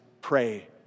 pray